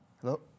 Hello